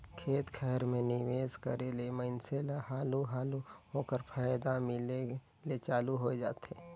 खेत खाएर में निवेस करे ले मइनसे ल हालु हालु ओकर फयदा मिले ले चालू होए जाथे